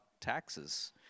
taxes